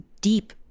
deep